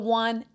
one